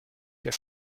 der